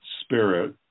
spirit